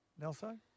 Nelson